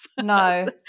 No